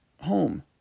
home